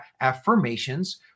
affirmations